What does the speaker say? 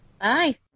bye